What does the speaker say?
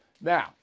Now